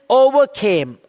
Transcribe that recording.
overcame